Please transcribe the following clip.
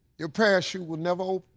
your parachute will never open.